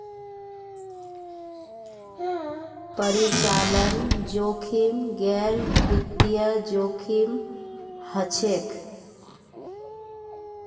परिचालन जोखिम गैर वित्तीय जोखिम हछेक